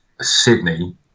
Sydney